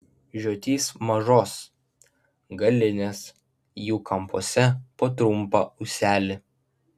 žiotys mažos galinės jų kampuose po trumpą ūselį